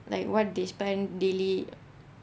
like what they spent daily